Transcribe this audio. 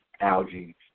algae